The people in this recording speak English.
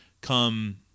come